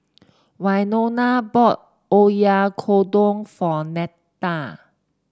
Winona bought Oyakodon for Netta